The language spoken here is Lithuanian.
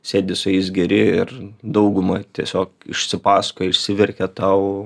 sėdi su jais geri ir dauguma tiesiog išsipasakoja išsiverkia tau